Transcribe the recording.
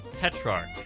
Petrarch